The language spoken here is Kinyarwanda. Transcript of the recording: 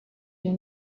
iyo